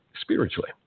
spiritually